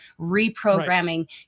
reprogramming